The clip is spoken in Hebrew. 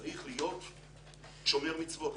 צריך להיות שומר מצוות.